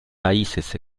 países